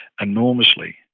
enormously